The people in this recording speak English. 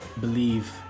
believe